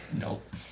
Nope